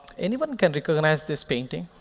anyone can recognize this painting?